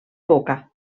boca